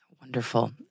Wonderful